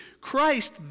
Christ